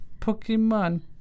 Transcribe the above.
Pokemon